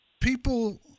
People